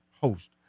host